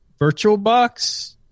VirtualBox